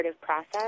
process